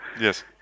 Yes